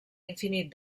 infinit